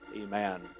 Amen